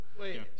Wait